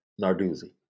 Narduzzi